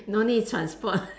no need transport